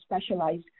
specialized